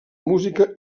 música